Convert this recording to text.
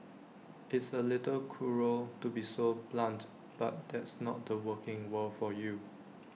it's A little cruel to be so blunt but that's not the working world for you